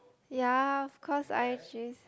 ya of course I